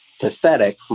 pathetic